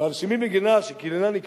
ועל שמעי בן גרא,